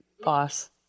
Boss